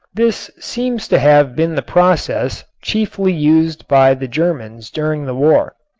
this seems to have been the process chiefly used by the germans during the war.